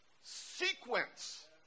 sequence